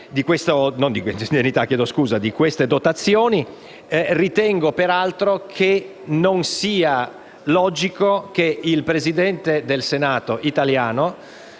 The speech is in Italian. di queste dotazioni. Ritengo peraltro che non sia logico che il Presidente del Senato italiano,